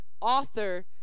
author